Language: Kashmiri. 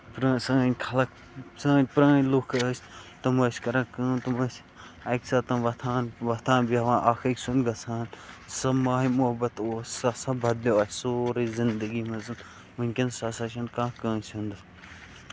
پرٲ سٲنۍ خَلق سٲنۍ پرٲنۍ لُکھ ٲسۍ تِم ٲسۍ کران کٲم تِم ٲسۍ اَکہِ ساتَن وۄتھان وۄتھان بیٚہوان اکھ أکۍ سُند گژھان سُہ ماے محبت اوس سُہ ہسا بَدلیو اَسہِ سورُے زِندگی منٛز ؤنۍ کینس ہسا چھُنہ کانہہ کٲنسہِ ہُند